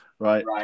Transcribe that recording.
Right